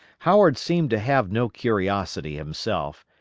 howard seemed to have no curiosity himself,